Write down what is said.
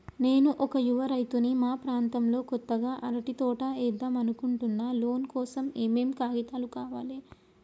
నేను ఒక యువ రైతుని మా ప్రాంతంలో కొత్తగా అరటి తోట ఏద్దం అనుకుంటున్నా లోన్ కోసం ఏం ఏం కాగితాలు కావాలే?